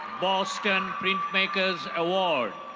boston printmakers' award.